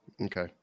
Okay